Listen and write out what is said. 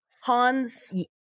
Hans